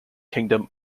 kingdom